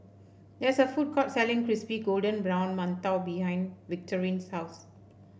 there is a food court selling Crispy Golden Brown Mantou behind Victorine's house